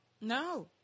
No